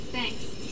Thanks